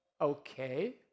Okay